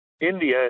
India